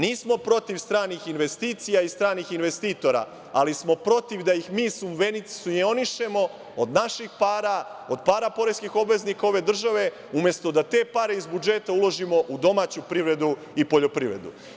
Nismo protiv stranih investicija i stranih investitora ali smo protiv da ih mi subvenionišemo od naših para, od para poreskih obveznika ove države, umesto da te pare iz budžeta uložimo u domaću privredu i poljoprivredu.